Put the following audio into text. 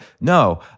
No